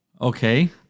Okay